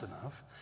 enough